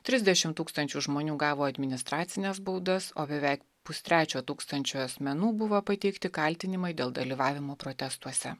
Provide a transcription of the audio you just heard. trisdešimt tūkstančių žmonių gavo administracines baudas o beveik pustrečio tūkstančio asmenų buvo pateikti kaltinimai dėl dalyvavimo protestuose